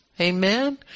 Amen